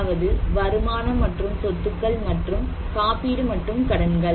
அதாவது வருமானம் மற்றும் சொத்துக்கள் மற்றும் காப்பீடு மற்றும் கடன்கள்